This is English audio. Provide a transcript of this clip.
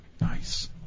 Nice